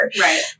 Right